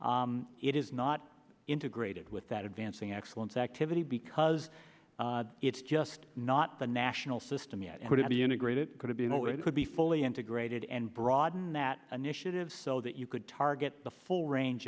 it is not integrated with that advancing excellence activity because it's just not the national system yet it could be integrated it could be fully integrated and broaden that initiative so that you could target the full range